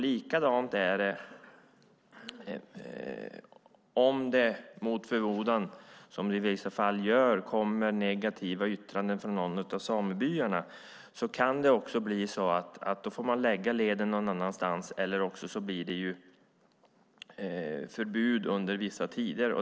Likadant är det om det mot förmodan, men som det i vissa fall gör, kommer negativa yttranden från någon av samebyarna. Då kan det också bli så att man får lägga leden någon annanstans, eller så blir det förbud under vissa tider.